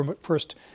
first